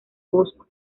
bosco